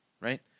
right